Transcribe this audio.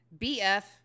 BF